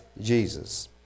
Jesus